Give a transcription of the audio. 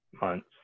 months